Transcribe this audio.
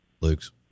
Luke's